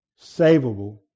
savable